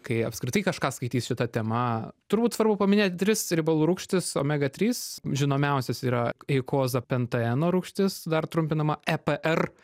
kai apskritai kažką skaitys su ta tema turbūt svarbu paminėt tris riebalų rūgštis omega trys žinomiausias yra eikozapentaeno rūgštis dar trumpinama epr